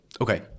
Okay